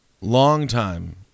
long-time